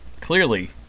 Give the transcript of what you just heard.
clearly –